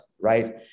right